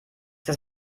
das